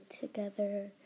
together